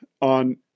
on